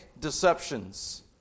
deceptions